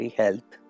health